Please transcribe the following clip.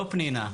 לא פנינה,